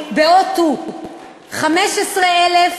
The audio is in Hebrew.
באולם O2. 15,000